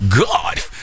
God